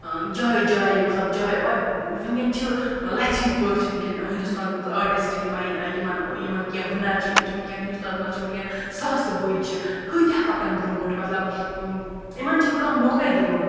جایہِ جایہِ مَطلَب جایہِ وُنکیٚن چھِ لَژھِ ہٕنٛدۍ پٲٹھۍ چھِ وُنکیٚن ہِندُستانَس مَنٛز آٹِسٹہٕ یِمے یِمَن یِمَن کیٚنٛہہ ہُنَر چھِ یِم چھِ وُنکیٚن ہِندُستانَس مَنٛز چھِ وُنکیٚن ساسہٕ بٔدۍ چھِ کٲتیٛاہ پَکَن برٛونٛٹھ مَطلَب یِمن چھَنہٕ کانٛہہ موقعے دِوان